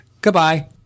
Goodbye